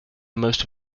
most